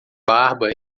barba